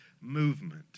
movement